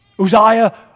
Uzziah